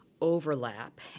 overlap